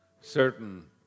certain